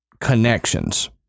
connections